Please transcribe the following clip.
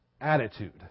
attitude